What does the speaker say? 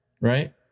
right